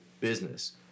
business